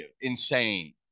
insane